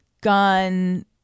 gun